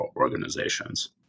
organizations